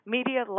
Media